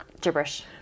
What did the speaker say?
gibberish